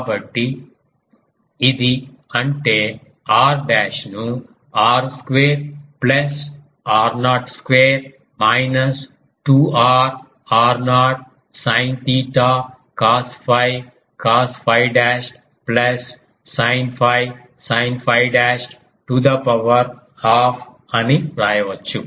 కాబట్టి ఇది అంటే r డాష్ ను r square plus r0 square minus 2 r r0 sin theta cos 𝛟 cos 𝛟 dashed plus sin 𝛟 sin 𝛟 dashed to the power half అని వ్రాయవచ్చు